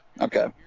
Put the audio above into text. Okay